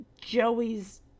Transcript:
Joey's